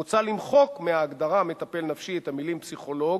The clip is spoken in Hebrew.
מוצע למחוק מההגדרה מטפל נפשי את המלים "פסיכולוג",